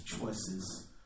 choices